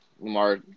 Lamar